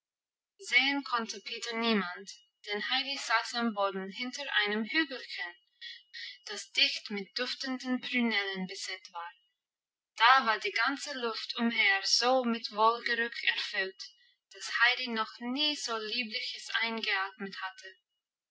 sehen konnte peter niemand denn heidi saß am boden hinter einem hügelchen das dicht mit duftenden prünellen besät war da war die ganze luft umher so mit wohlgeruch erfüllt dass heidi noch nie so liebliches eingeatmet hatte